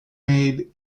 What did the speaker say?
made